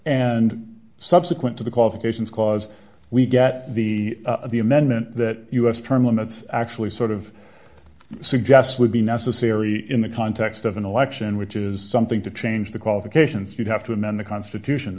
and subsequent to the qualifications clause we get the the amendment that us term limits actually sort of suggests would be necessary in the context of an election which is something to change the qualifications you'd have to amend the constitution